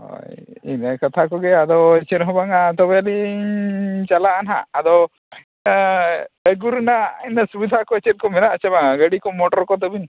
ᱦᱳᱭ ᱤᱱᱟᱹ ᱠᱟᱛᱷᱟ ᱠᱚᱜᱮ ᱟᱫᱚ ᱪᱮᱫ ᱦᱚᱸ ᱵᱟᱝᱟ ᱛᱚᱵᱮ ᱞᱤᱧ ᱪᱟᱞᱟᱜᱼᱟ ᱦᱟᱸᱜ ᱟᱫᱚ ᱤᱱᱟᱹ ᱟᱹᱜᱩ ᱨᱮᱱᱟᱜ ᱤᱱᱟᱹ ᱥᱩᱵᱤᱫᱷᱟ ᱠᱚ ᱪᱮᱫ ᱠᱚ ᱢᱮᱱᱟᱜ ᱟᱥᱮ ᱵᱟᱝ ᱜᱟᱹᱰᱤ ᱠᱚ ᱢᱚᱴᱚᱨ ᱠᱚ ᱛᱟᱹᱵᱤᱱ